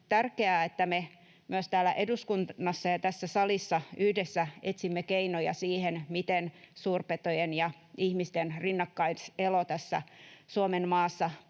tärkeää, että me myös täällä eduskunnassa ja tässä salissa yhdessä etsimme keinoja siihen, miten suurpetojen ja ihmisten rinnakkaiselo tässä Suomenmaassa